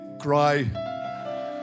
cry